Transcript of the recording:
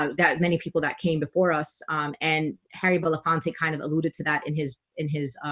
um that many people that came before us and harry belafonte kind of alluded to that in his in his